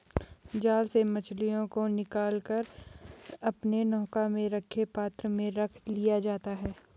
जाल से मछलियों को निकाल कर अपने नौका में रखे पात्र में रख लिया जाता है